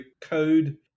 Code